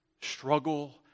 struggle